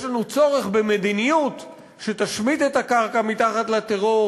יש לנו צורך במדיניות שתשמיט את הקרקע מתחת לטרור